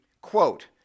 quote